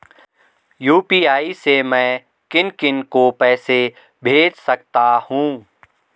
UPI से मैं किन किन को पैसे भेज सकता हूँ?